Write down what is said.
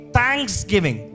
thanksgiving